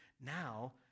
Now